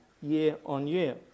year-on-year